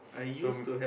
so m~